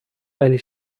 ولی